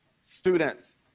students